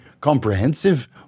comprehensive